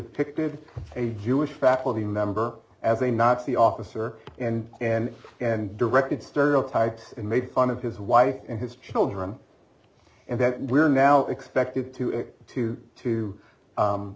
depicted a jewish faculty member as a nazi officer and and and directed stereotypes and made fun of his wife and his children and that we are now expected to it to